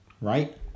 Right